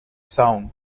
sound